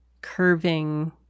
curving